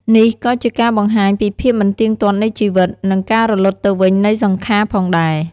នេះក៏ជាការបង្ហាញពីភាពមិនទៀងទាត់នៃជីវិត និងការរលត់ទៅវិញនៃសង្ខារផងដែរ។